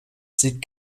sieht